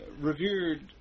revered